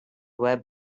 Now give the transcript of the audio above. web